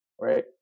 right